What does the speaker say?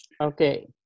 Okay